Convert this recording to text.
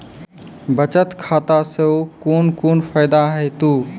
बचत खाता सऽ कून कून फायदा हेतु?